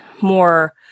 more